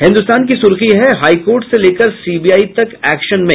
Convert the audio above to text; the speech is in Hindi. हिन्दुस्तान की सुर्खी है हाईकोर्ट से लेकर सीबीआई तक एक्शन में